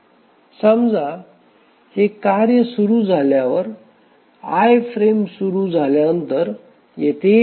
समजा हे कार्य सुरू झाल्यावर i फ्रेम सुरू झाल्यानंतर येथे येते